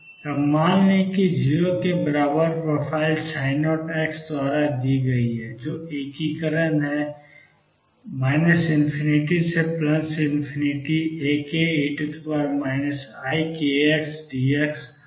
अब मान लें कि 0 के बराबर प्रोफ़ाइल 0द्वारा दी गई थी जो एकीकरण है ∞ Ake ikxdx और यह 0 है